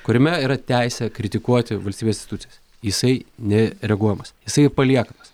kuriame yra teisė kritikuoti valstybės institucijas jisai ne reguojamas jisai paliekamas